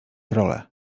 role